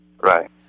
Right